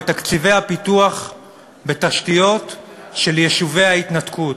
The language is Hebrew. בתקציבי הפיתוח בתשתיות של יישובי ההתנתקות.